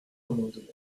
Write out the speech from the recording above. amendement